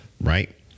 right